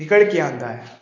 ਨਿਕਲ ਕੇ ਆਉਂਦਾ ਹੈ